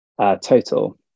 total